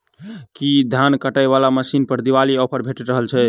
की धान काटय वला मशीन पर दिवाली ऑफर भेटि रहल छै?